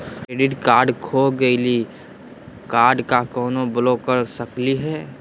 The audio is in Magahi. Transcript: क्रेडिट कार्ड खो गैली, कार्ड क केना ब्लॉक कर सकली हे?